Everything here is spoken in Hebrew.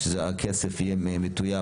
שזה הכסף יהיה מטויב,